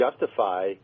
justify